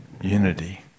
unity